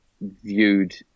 viewed